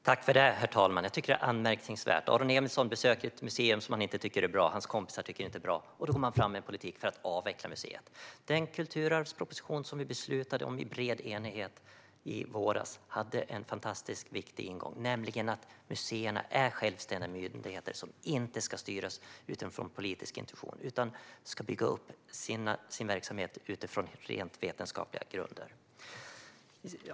Herr talman! Jag tycker att detta är anmärkningsvärt. Aron Emilsson besöker ett museum som han och hans kompisar inte tycker är bra. Då går de fram med en politik för att avveckla museet. Den kulturarvsproposition som vi i bred enighet beslutade om i våras har en fantastiskt viktig ingång, nämligen att museerna är självständiga myndigheter som inte ska styras utifrån politiska intentioner utan ska bygga upp sin verksamhet på rent vetenskapliga grunder.